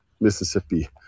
Mississippi